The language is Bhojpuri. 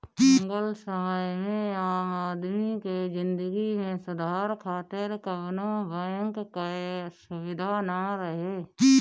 मुगल समय में आम आदमी के जिंदगी में सुधार खातिर कवनो बैंक कअ सुबिधा ना रहे